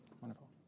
Wonderful